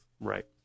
Right